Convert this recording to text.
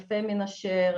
אלפי מנשה,